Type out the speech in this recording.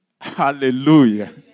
Hallelujah